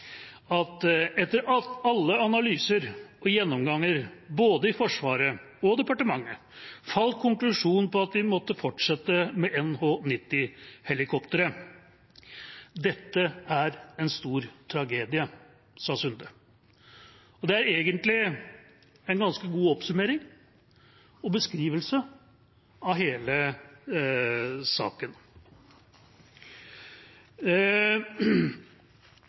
alle analyser og gjennomganger, både i Forsvaret og i departementet, falt konklusjonen på at vi måtte fortsette med NH90-helikopteret. Dette er en stor tragedie.» Det er egentlig en ganske god oppsummering og beskrivelse av hele saken.